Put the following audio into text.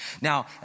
Now